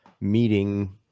meeting